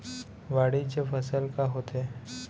वाणिज्यिक फसल का होथे?